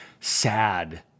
sad